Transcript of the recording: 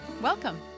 Welcome